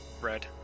Red